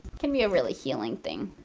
can be a really healing thing.